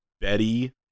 Betty